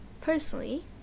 Personally